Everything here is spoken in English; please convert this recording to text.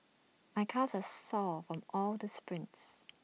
my calves are sore from all the sprints